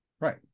right